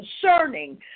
concerning